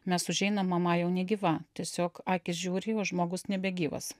nes užeinam mama jau negyva tiesiog akys žiūri jau žmogus nebegyvas